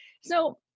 So-